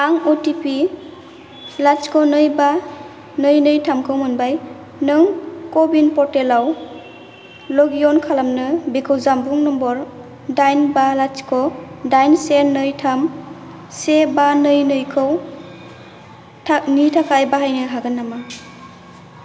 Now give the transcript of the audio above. आं O T P लाथिख' नै बा नै नै थामखौ मोनबाय नों क' विन पर्टेलाव लग इन खालामनो बेखौ जानबुं नम्बर दाइन बा लाथिख' दाइन से नै थाम से बा नै नैनि थाखाय बाहायनो हागोन नामा